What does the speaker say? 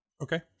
Okay